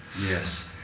Yes